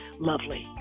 lovely